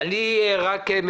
גם אם הרביזיה שלך,